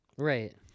Right